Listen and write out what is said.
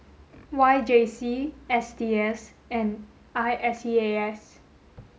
Y J C S T S and I S E A S